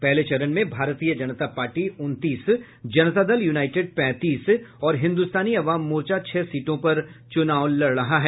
पहले चरण में भारतीय जनता पार्टी उनतीस जनता दल यूनाइटेड पैंतीस और हिंदुस्तानी अवाम मोर्चा छह सीटों पर चुनाव लड़ रहा है